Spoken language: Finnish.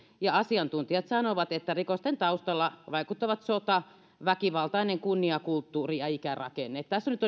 ja asiantuntijat sanovat että rikosten taustalla vaikuttavat sota väkivaltainen kunniakulttuuri ja ikärakenne tässä nyt